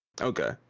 okay